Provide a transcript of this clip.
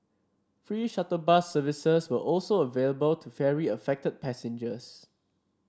free shuttle bus services were also available to ferry affected passengers